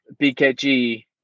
BKG